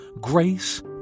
grace